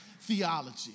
theology